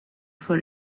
for